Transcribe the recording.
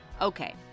Okay